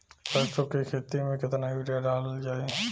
सरसों के खेती में केतना यूरिया डालल जाई?